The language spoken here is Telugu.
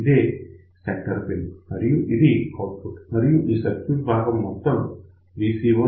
ఇదే సెంటర్ పిన్ మరియు ఇది ఔట్పుట్ మరియు ఈ సర్క్యూట్ మొత్తం VCO డిజైన్